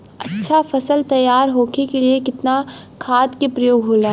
अच्छा फसल तैयार होके के लिए कितना खाद के प्रयोग होला?